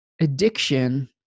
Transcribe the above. addiction